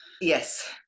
yes